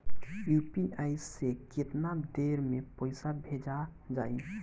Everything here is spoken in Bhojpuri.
यू.पी.आई से केतना देर मे पईसा भेजा जाई?